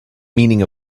meaning